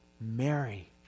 Mary